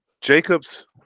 Jacob's